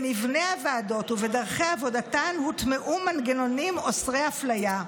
במבנה הוועדות ובדרכי עבודתן הוטמעו מנגנונים אוסרי אפליה.